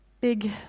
big